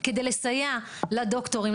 זה כדי לסייע לדוקטורים,